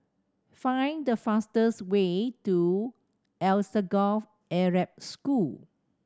find the fastest way to Alsagoff Arab School